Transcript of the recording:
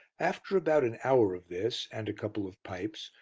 after about an hour of this and a couple of pipes,